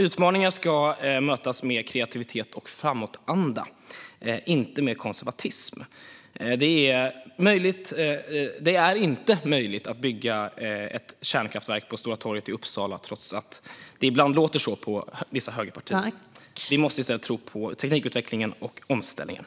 Utmaningar ska mötas med kreativitet och framåtanda, inte med konservatism. Det är inte möjligt att bygga ett kärnkraftverk på Stora torget i Uppsala, trots att det ibland låter så på vissa högerpartier. Vi måste i stället tro på teknikutvecklingen och omställningen.